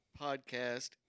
podcast